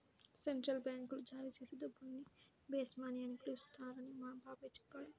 central బ్యాంకులు జారీ చేసే డబ్బుల్ని బేస్ మనీ అని పిలుస్తారని మా బాబాయి చెప్పాడు